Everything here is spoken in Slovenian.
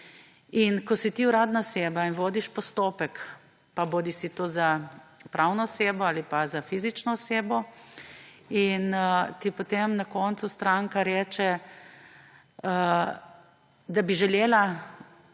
Ko si ti uradna oseba in vodiš postopek, pa bodisi za pravno osebo bodisi za fizično osebo, in ti potem na koncu stranka reče, da bi želela